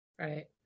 Right